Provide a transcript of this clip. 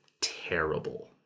terrible